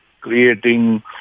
creating